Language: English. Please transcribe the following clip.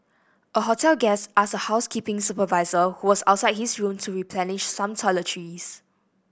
a hotel guest asked a housekeeping supervisor who was outside his room to replenish some toiletries